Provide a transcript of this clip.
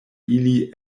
ili